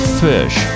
fish